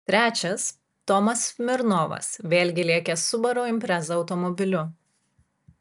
trečias tomas smirnovas vėlgi lėkęs subaru impreza automobiliu